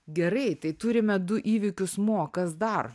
gerai tai turime du įvykius mo kas dar